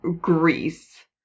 Greece